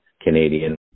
Canadian